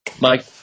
Mike